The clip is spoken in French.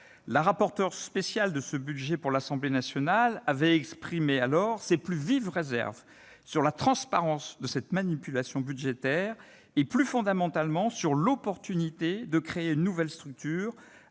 La rapporteure spéciale de ce budget pour l'Assemblée nationale avait exprimé alors ses plus vives réserves sur la transparence de cette manipulation budgétaire et, plus fondamentalement, sur l'opportunité de créer une nouvelle structure,